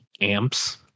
Amps